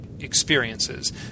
Experiences